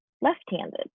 left-handed